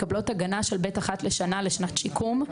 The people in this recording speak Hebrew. מקבלות הגנה של (ב)(1) לשנה לשנת שיקום,